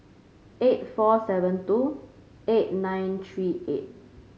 eight four seven two eight nine three eight